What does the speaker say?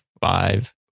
Five